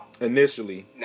initially